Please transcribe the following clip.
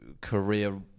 career